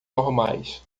normais